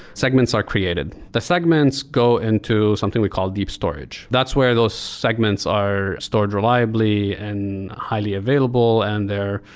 segments are created. the segments go into something we call deep storage. that's where those segments are stored reliably and highly available and they're,